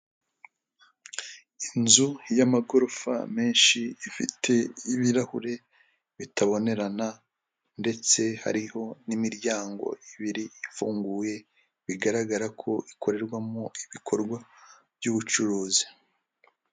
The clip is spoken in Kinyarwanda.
Inzu y'amagorofa menshi ifite ibirahure bitabonerana ndetse hariho n'imiryango ibiri ifunguye, bigaragara ko ikorerwamo ibikorwa by'ubucuruzi.